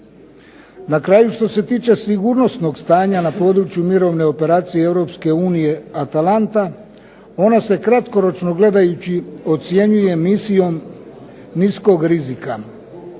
Na kraju što se tiče sigurnosnog stanja na području mirovne operacije Europske unije "ATALANTA" ona se kratkoročno gledajući ocjenjuje misijom niskog rizika.